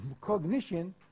cognition